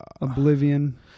Oblivion